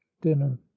dinner